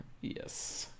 yes